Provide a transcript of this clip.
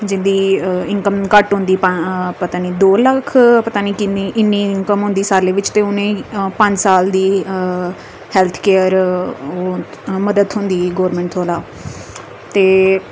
जिंदी इनकम घट्ट होंदी पता नी दौ लक्ख पता नी किन्नी इन्नी इनकम होंदी साल्लै बिच ते उ'नेंई पं'ञ साल दी अऽ हैल्थ केयर ओह् मदद थ्होंदी गौरमेंट कोला ते